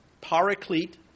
paraclete